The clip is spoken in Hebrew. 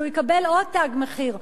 הוא יקבל עוד "תג מחיר",